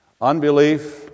Unbelief